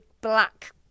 black